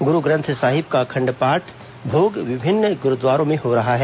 गुरूग्रंथ साहिब का अखंड पाठ भोग विभिन्न गुरूद्वारों में हो रहा है